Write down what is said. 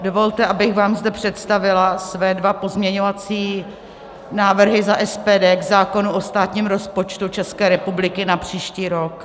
Dovolte mi, abych vám zde představila své dva pozměňovací návrh za SPD k zákonu o státním rozpočtu České republiky na příští rok.